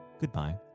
goodbye